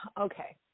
okay